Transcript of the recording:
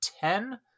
ten